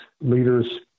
leaders